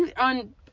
on